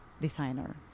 designer